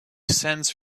sends